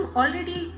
already